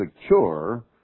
secure